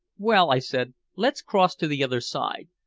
well, i said, let's cross to the other side.